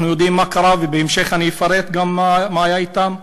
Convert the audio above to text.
אנחנו יודעים מה קרה, ובהמשך אני אפרט מה היה אתם,